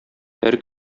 һәр